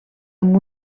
amb